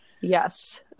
yes